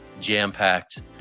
jam-packed